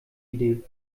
idee